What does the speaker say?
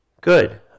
Good